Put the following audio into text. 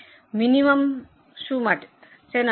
minimum શું માટે